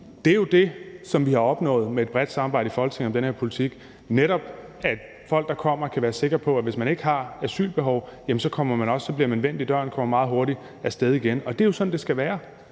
det jo er det, vi har opnået med et bredt samarbejde i Folketinget om den her politik, nemlig at folk, der kommer, kan være sikre på, at hvis de ikke har asylbehov, bliver de vendt i døren og kommer meget hurtigt af sted igen – og det er jo sådan, det skal være.